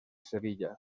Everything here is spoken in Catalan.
sevilla